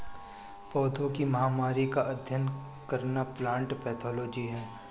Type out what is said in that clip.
पौधों की महामारी का अध्ययन करना प्लांट पैथोलॉजी है